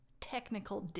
technical